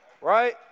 Right